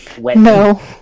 no